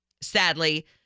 Sadly